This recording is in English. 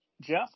Jeff